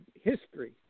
history